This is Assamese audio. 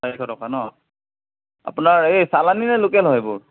চাৰিশ টকা ন আপোনাৰ এই চালানীনে লোকেল হয় এইবোৰ